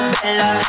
Bella